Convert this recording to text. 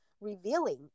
revealing